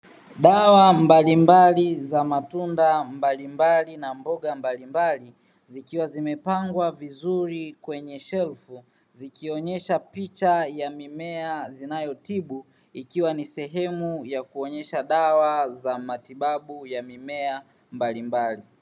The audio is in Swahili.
Dawa mbalimbali za matunda mbalimbali na mboga mbalimbali zikiwa zimepangwa vizuri kwenye shelfu, zikionyesha picha ya mimea zinayotibu, ikiwa ni sehemu ya kuonyesha dawa za matibabu ya mimea mbalimbali.